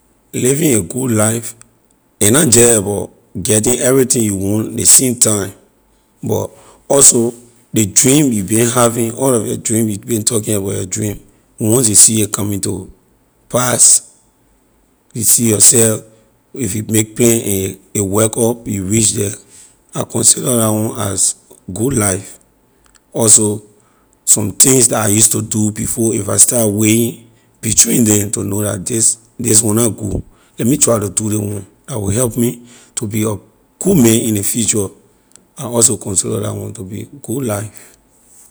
Living a good life a na jeh about getting everything you want ley same time but also ley dream you been having all of your dream you been talking about your dream once you see it coming to pass you see yourself if you make plan and a work up you reach the I consider la one as good life also somethings dah I use to do before if I start weighing between them to know la this this one na good leh me try to do ley one la will help me to be a good man in ley future I also consider la one to be good life.